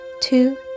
two